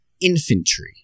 infantry